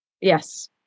yes